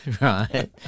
right